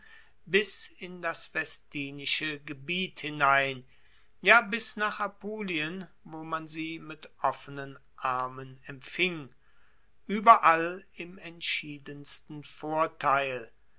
bis in das vestinische gebiet hinein ja bis nach apulien wo man sie mit offenen armen empfing ueberall im entschiedensten vorteil